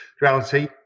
reality